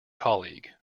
colleague